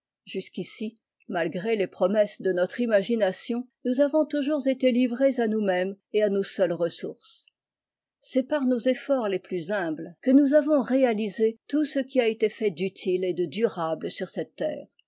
jusqu'ici malgré les promesses de notre imagination nous avons toujours été livrés à nous-mêmes et à nos seules ressources c'est par nos efforts les plus humbles que nous avons réalisé tout ce qui a été fait d'utile et de durable sur cette terre